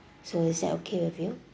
so is that okay with you